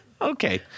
okay